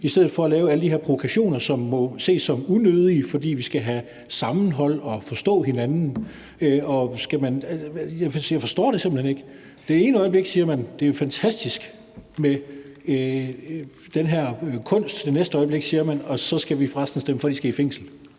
i stedet for at lave alle de her provokationer, som må anses som unødige, fordi vi skal have sammenhold og forstå hinanden? Jeg forstår det simpelt hen ikke. Det ene øjeblik siger man, at det er fantastisk med den her kunst, og det næste øjeblik siger man, at vi så for resten skal stemme for, at de skal i fængsel.